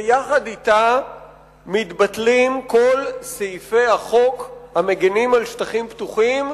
ויחד אתה מתבטלים כל סעיפי החוק המגינים על שטחים פתוחים,